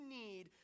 need